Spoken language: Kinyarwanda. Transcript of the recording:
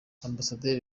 ambasaderi